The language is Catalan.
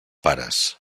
pares